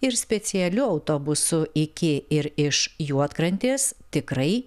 ir specialiu autobusu iki ir iš juodkrantės tikrai